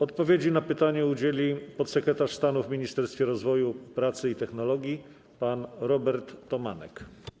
Odpowiedzi na pytanie udzieli podsekretarz stanu w Ministerstwie Rozwoju, Pracy i Technologii pan Robert Tomanek.